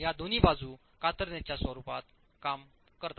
या दोन्ही बाजूं कातरणेच्या रूपात काम करते